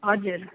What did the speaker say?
हजुर